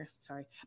Sorry